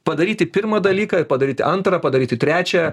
padaryti pirmą dalyką ir padaryti antrą padaryti trečią